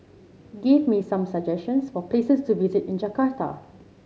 give me some suggestions for places to visit in Jakarta